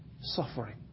suffering